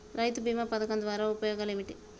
రైతు బీమా పథకం ద్వారా ఉపయోగాలు ఏమిటి?